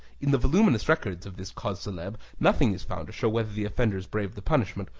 in the voluminous records of this cause celebre nothing is found to show whether the offenders braved the punishment,